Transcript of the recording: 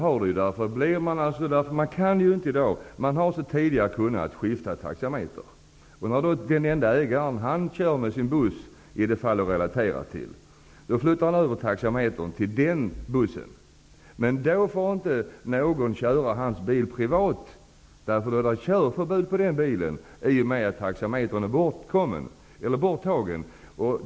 Fru talman! Det finns ett samband. Man har ju tidigare kunnat flytta taxametern. När ägaren, i det fall som jag har relaterat till, kör med sin buss flyttar han över taxametern till den. Då får inte någon köra hans bil privat, därför att det då är körförbud på den i och med att taxametern är borttagen.